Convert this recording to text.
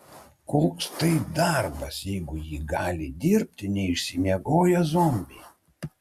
koks tai darbas jeigu jį gali dirbti neišsimiegoję zombiai